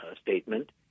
statement